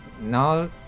Now